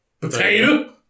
Potato